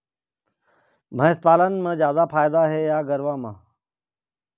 भैंस पालन म जादा फायदा हे या गरवा म?